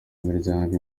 imiryango